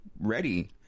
ready